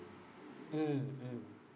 mmhmm